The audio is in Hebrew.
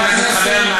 לא אתי.